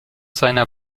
seiner